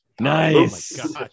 Nice